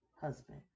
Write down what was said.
husband